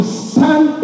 stand